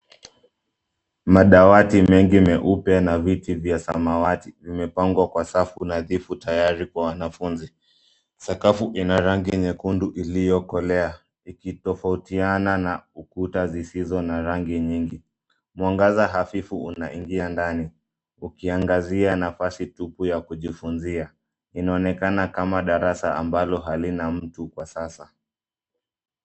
Madawati mengi meupe na viti vya samawati vimepangwa kwa safu nadhifu tayari kwa wanafunzi. Sakafu ina rangi nyekundu iliyokolea ikitofautiana na ukuta zisizo na rangi nyingi. Mwangaza hafifu unaingia ndani, ukiangazia nafasi tuku ya kujifunzia. Inaonekana kama darasa ambalo halina mtu kwa sasa.